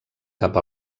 cap